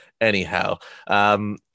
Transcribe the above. anyhow